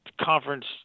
conference